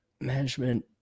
Management